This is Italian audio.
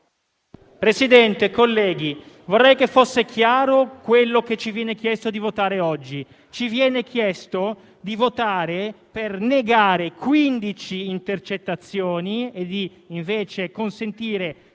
Presidente, colleghi, vorrei che fosse chiaro quello che ci viene chiesto di votare oggi. Ci viene chiesto di votare per negare quindici intercettazioni e invece consentire